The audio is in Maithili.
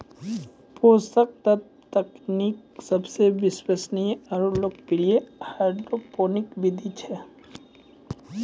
पोषक तत्व तकनीक सबसे विश्वसनीय आरु लोकप्रिय हाइड्रोपोनिक विधि छै